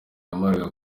yamaraga